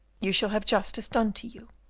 you shall have justice done to you.